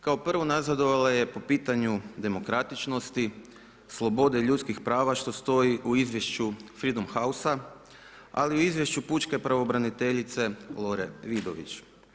Kao prvo, nazadovala je po pitanju demokratičnosti, slobode ljudskih prava što stoji u Izvješću Freedom House-a, ali i u Izvješću Pučke pravobraniteljice Lore Vidović.